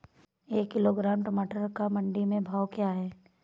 एक किलोग्राम टमाटर का मंडी में भाव क्या है?